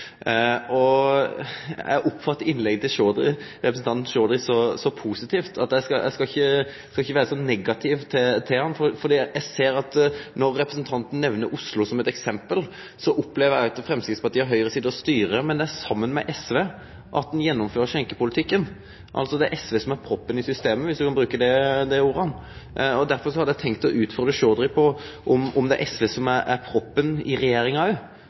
Eg oppfattar innlegget til representanten Chaudhry så positivt at eg skal ikkje vere så negativ overfor han. Representanten nemner Oslo som eit eksempel, og der er det Framstegspartiet og Høgre som sit og styrer, men det er saman med SV at ein gjennomfører skjenkjepolitikken – det er SV som er proppen i systemet, om ein kan bruke det ordet. Derfor hadde eg tenkt å utfordre Chaudhry på om det er SV som er proppen i regjeringa